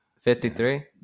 Fifty-three